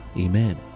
Amen